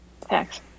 Thanks